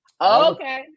Okay